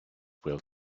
will